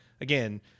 again